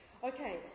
Okay